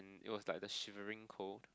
it was the shivering cold